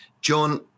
John